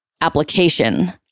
application